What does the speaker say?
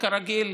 כרגיל,